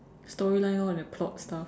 storyline all that plot stuff